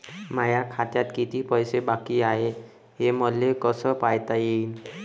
माया खात्यात किती पैसे बाकी हाय, हे मले कस पायता येईन?